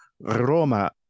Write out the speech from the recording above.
Roma